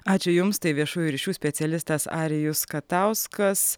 ačiū jums tai viešųjų ryšių specialistas arijus katauskas